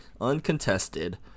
uncontested